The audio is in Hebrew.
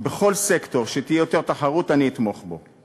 כל סקטור שתהיה בו יותר תחרות, אני אתמוך בו.